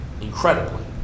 incredibly